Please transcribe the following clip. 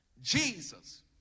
Jesus